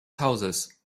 hauses